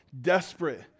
desperate